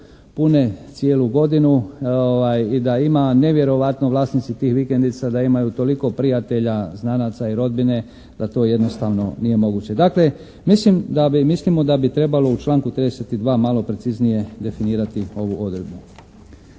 pune cijelu godinu i da ima nevjerovatno vlasnici tih vikendica da imaju toliko prijatelja, znanaca i rodbine da to jednostavno nije moguće. Dakle, mislimo da bi trebalo u članku 32. malo preciznije definirati ovu odredbu.